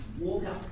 walk-up